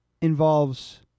involves